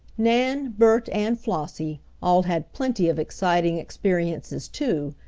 nan, bert, and flossie all had plenty of exciting experiences too,